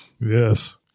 Yes